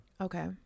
Okay